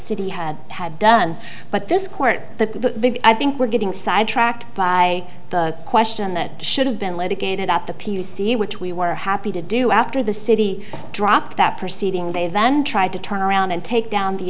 city had had done but this court the big i think we're getting sidetracked by the question that should have been litigated at the p v c which we were happy to do after the city dropped that proceeding they then tried to turn around and take down the